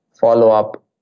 follow-up